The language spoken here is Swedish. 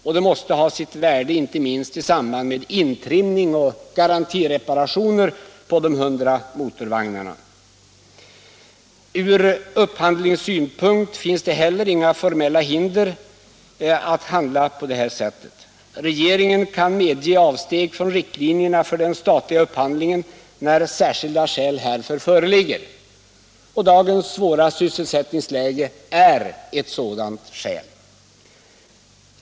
Detta måste ha sitt värde, inte minst i samband med intrimning av och garantireparationer på de 100 motorvagnarna. Från upphandlingssynpunkt finns det heller inga formella hinder att handla på det här sättet. Regeringen kan medge avsteg från riktlinjerna för den statliga upphandlingen när särskilda skäl föreligger. Dagens svåra sysselsättningsläge är ett sådant skäl.